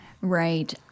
Right